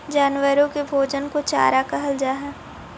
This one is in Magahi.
जानवरों के भोजन को चारा कहल जा हई